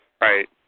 Right